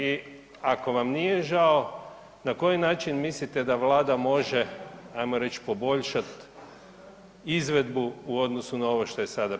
I ako vam nije žao na koji način mislite da Vlada može hajmo reći poboljšati izvedbu u odnosu na ovo što je sada predložila?